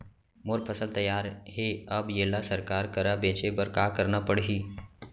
मोर फसल तैयार हे अब येला सरकार करा बेचे बर का करना पड़ही?